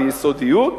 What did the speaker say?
ביסודיות.